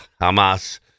Hamas